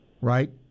right